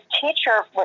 teacher